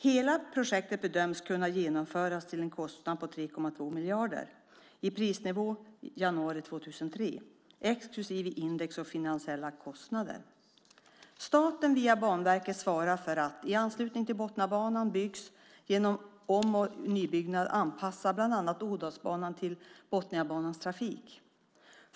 Hela projektet bedöms kunna genomföras till en kostnad av 3,2 miljarder enligt prisnivån i januari 2003, exklusive index och finansiella kostnader. Staten via Banverket svarar för att, i anslutning till att Botniabanan byggs, genom om och nybyggnad anpassa bland annat Ådalsbanan till Botniabanans trafik.